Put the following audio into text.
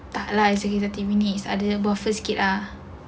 tak lah it's okay thirty minutes ada yang buat first kid ah